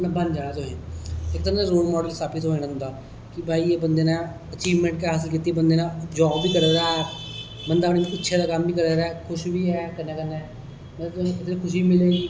अपना इक ते रोल माॅडल स्थापित होई जाना तुंदा कि भाई एह् बंदा ने अचीबमेंट कैसी कीती बंदे ने जाॅव बी करा दे ऐ बंदा अपनी इच्छा दा कम्म बी करा दा ऐ खुश बी ऐ कन्नै कन्नै मतलब इसी कोई खुशी मिला दी